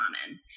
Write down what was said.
common